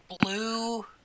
blue